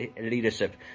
leadership